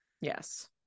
Yes